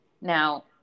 Now